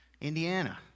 Indiana